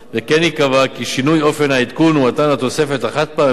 וכן ייקבע כי שינוי אופן העדכון ומתן התוספת החד-פעמית